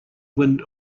wind